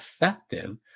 effective